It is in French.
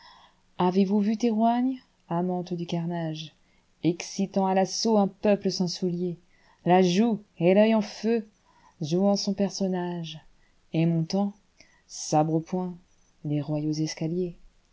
avez-vous vu théroigne amante du carnage excitant à l'assaut un peuple sans souliers la joue et toeil en feu jouant son personnage et montant sabre au poing les royaux escaliers